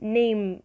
name